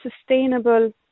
sustainable